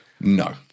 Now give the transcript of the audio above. No